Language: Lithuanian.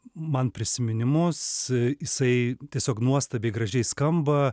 man prisiminimus jisai tiesiog nuostabiai gražiai skamba